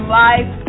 life